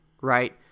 right